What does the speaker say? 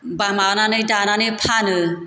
बा माबानानै दानानै फानो